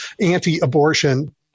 anti-abortion